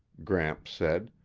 gramps said,